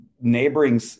neighboring